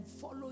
follow